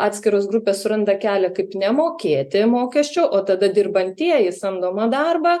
atskiros grupės suranda kelią kaip nemokėti mokesčių o tada dirbantieji samdomą darbą